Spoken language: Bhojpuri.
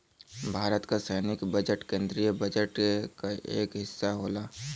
भारत क सैनिक बजट केन्द्रीय बजट क एक हिस्सा होला